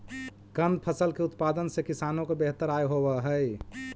कंद फसल के उत्पादन से किसानों को बेहतर आय होवअ हई